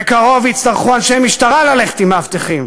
בקרוב יצטרכו אנשי משטרה ללכת עם מאבטחים,